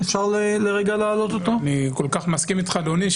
אני כל כך מסכים איתך אדוני.